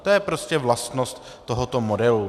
To je prostě vlastnost tohoto modelu.